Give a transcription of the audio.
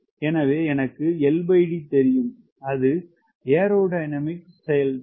எனவே எனக்கு LD தெரியும் அது ஏரோடைனமிக் செயல்திறன்